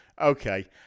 okay